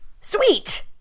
sweet